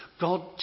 God